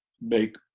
make